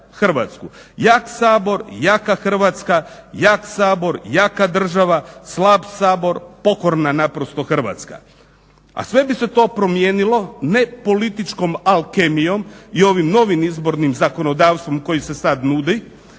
Jak Sabor jaka Hrvatska, jak Sabor jaka država, slab Sabor pokorna naprosto Hrvatska. A sve bi se to promijenilo ne političkom alkemijom i ovim novim izbornim zakonodavstvom koje se sad nudi,